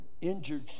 injured